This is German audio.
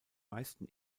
meisten